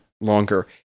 longer